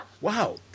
Wow